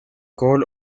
call